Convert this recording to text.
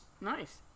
Nice